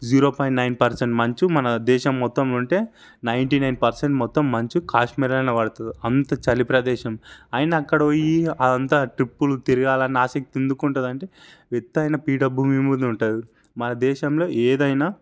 zero point nine percent మంచు మన దేశం మొత్తంలో ఉంటే నైంటీ నైన్ పర్సెంట్ మొత్తం మంచు కాశ్మీర్లోనే పడుతుంది అంత చలిప్రదేశం అయినా అక్కడకు పోయి అంత ట్రిప్పులు తిరగాలన్న ఆసక్తి ఎందుకుంటది అంటే ఎత్తయిన పీఠభూమి మీద ఉంటుంది మన దేశంలో ఏదైనా